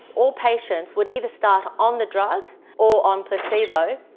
all patients would either start on the drug or on placebo,